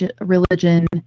religion